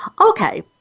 Okay